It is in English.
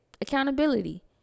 Accountability